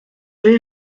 vais